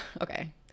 okay